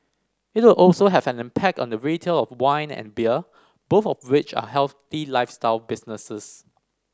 it will also have an impact on the retail of wine and beer both of which are healthy lifestyle businesses